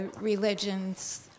religions